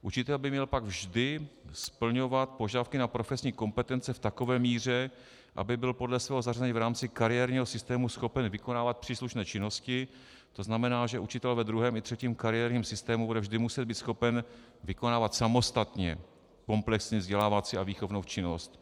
Učitel by měl pak vždy splňovat požadavky na profesní kompetence v takové míře, aby byl podle svého zařazení v rámci kariérního systému schopen vykonávat příslušné činnosti, to znamená, že učitel ve druhém i třetím kariérním systému bude vždy muset být schopen vykonávat samostatně komplexní vzdělávací a výchovnou činnost.